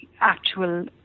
actual